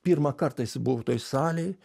pirmą kartą jisai buvo toj salėj